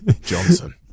Johnson